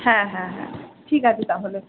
হ্যাঁ হ্যাঁ হ্যাঁ ঠিক আছে তাহলে